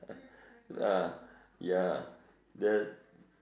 ah ya the